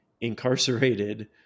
incarcerated